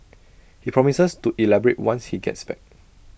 he promises to elaborate once he gets back